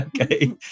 Okay